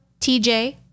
TJ